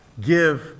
Give